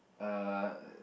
uh